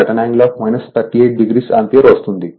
9 ∠ 38 ampere వస్తుంది